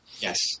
Yes